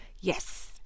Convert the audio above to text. Yes